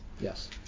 Yes